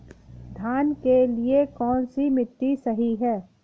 धान के लिए कौन सी मिट्टी सही है?